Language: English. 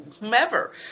whomever